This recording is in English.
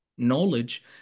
knowledge